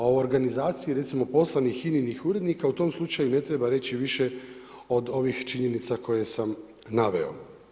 A o organizaciji, recimo poslanih HINA-inih urednika, u tom slučaju ne treba reći više od ovih činjenica koje sam naveo.